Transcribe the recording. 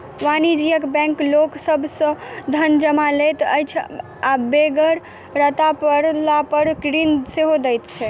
वाणिज्यिक बैंक लोक सभ सॅ धन जमा लैत छै आ बेगरता पड़लापर ऋण सेहो दैत छै